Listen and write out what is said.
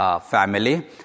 family